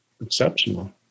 exceptional